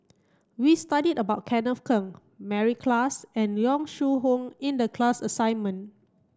we studied about Kenneth Keng Mary Klass and Yong Shu Hoong in the class assignment